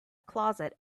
closet